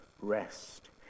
rest